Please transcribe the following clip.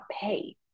pay